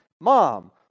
Mom